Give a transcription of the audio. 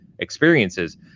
experiences